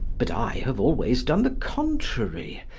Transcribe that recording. but i have always done the contrary,